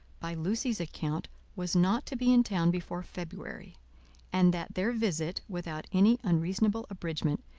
by lucy's account, was not to be in town before february and that their visit, without any unreasonable abridgement,